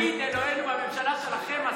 ולפיד אלוהינו בממשלה שלכם,